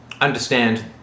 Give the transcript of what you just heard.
understand